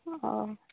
ᱚ